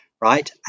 Right